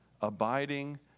abiding